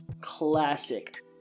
classic